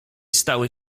stały